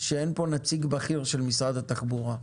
שאין פה נציג בכיר של משרד התחבורה.